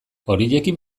horiekin